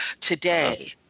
today